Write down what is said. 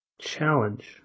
challenge